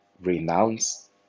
renounce